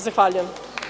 Zahvaljujem.